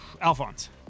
Alphonse